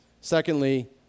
Secondly